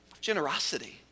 generosity